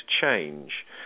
Change